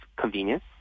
convenience